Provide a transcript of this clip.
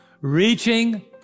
Reaching